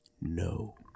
No